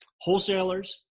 wholesalers